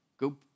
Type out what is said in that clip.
Go